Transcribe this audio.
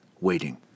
waiting